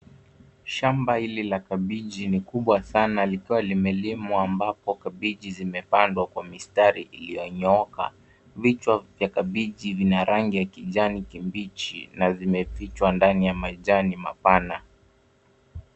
Shamba hili la kabichi ni kubwa sana likiwa limelimwa ambapo kabichi zimepandwa kwa mistari iliyonyooka. Vichwa vya kabichi vina rangi ya kijani kibichi na vimefichwa ndani ya majani mapana.